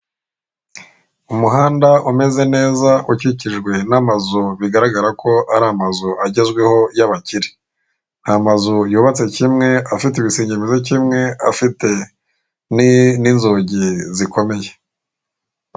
Umuhanda umeze neza ukikijwe namazu bigaragara ko ari amazu agezweho yabakire, aya mazu yubatse kimwe afite ibisenge bimeze kimwe afite ninzugi zikomeye.